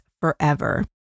forever